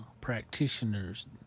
practitioners